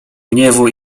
gniewu